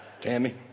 Tammy